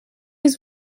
his